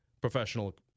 professional